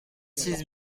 six